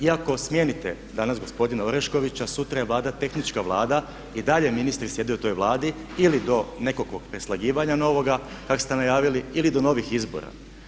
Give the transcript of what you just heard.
Iako smijenite danas gospodina Oreškovića, sutra je Vlada tehnička Vlada i dalje ministri sjede u toj Vladi ili do nekakvog preslagivanja kak ste najavili ili do novih izbora.